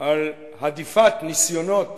על הדיפת ניסיונות